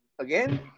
Again